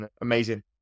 Amazing